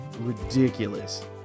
ridiculous